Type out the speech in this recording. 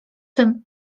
tym